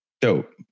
Dope